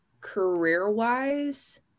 career-wise